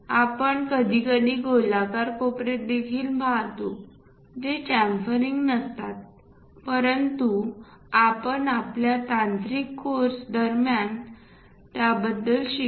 आपण कधीकधी गोलाकार कोपरे देखील पाहतो जे च्याम्फरिंग नसतात परंतु आपण आपल्या तांत्रिक कोर्स दरम्यान त्याबद्दल शिकू